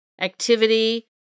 activity